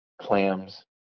clams